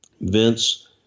Vince